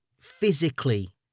physically